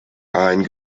ein